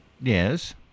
Yes